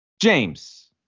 James